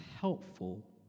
helpful